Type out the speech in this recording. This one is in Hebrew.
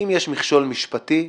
אם יש מכשול משפטי,